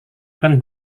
akan